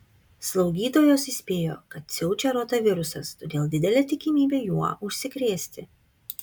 slaugytojos įspėjo kad siaučia rotavirusas todėl didelė tikimybė juo užsikrėsti